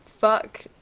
fuck